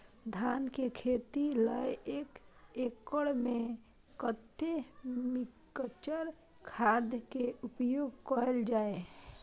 धान के खेती लय एक एकड़ में कते मिक्चर खाद के उपयोग करल जाय?